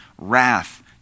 wrath